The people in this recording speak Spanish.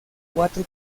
cuatro